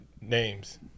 names